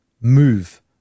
move